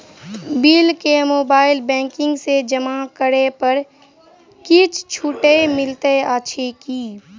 Bill केँ mobile banking सँ जमा करै पर किछ छुटो मिलैत अछि की?